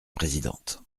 présidente